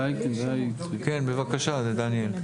בבקשה, דניאל.